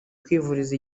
kwivuriza